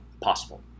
possible